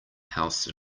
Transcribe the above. house